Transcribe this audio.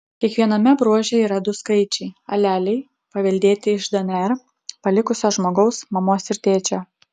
kiekviename bruože yra du skaičiai aleliai paveldėti iš dnr palikusio žmogaus mamos ir tėčio